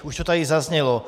Už to tady zaznělo.